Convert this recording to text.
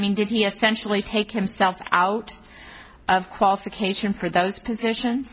mean did he essentially take himself out of qualification for those position